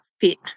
fit